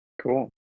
Cool